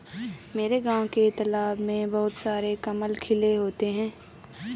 मेरे गांव के तालाब में बहुत सारे कमल खिले होते हैं